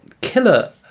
killer